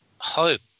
hope